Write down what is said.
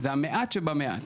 זה מעט שבמעט.